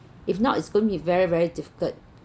if not it's going to be very very difficult